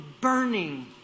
burning